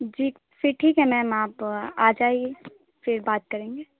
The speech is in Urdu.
جی پھر ٹھیک ہے میم آپ آجائیے پھر بات کریں گے